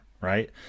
right